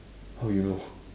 how you know